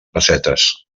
pessetes